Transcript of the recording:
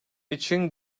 için